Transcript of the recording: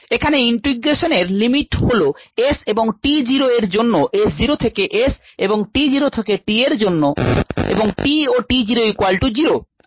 এখানে ইন্টিগ্রেশনের limits হল S এবং t0 এর জন্য S0 থেকে S এবং t0 থেকে t এর জন্য এবং t ও t0 0